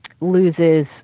loses